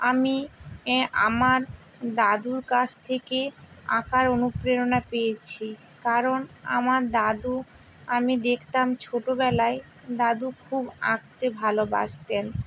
আমি আমার দাদুর কাছ থেকে আঁকার অনুপ্রেরণা পেয়েছি কারণ আমার দাদু আমি দেখতাম ছোটোবেলায় দাদু খুব আঁকতে ভালোবাসতেন